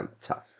tough